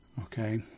Okay